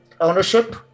Ownership